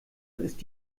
ist